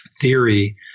theory